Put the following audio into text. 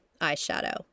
eyeshadow